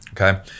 Okay